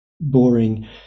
boring